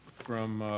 from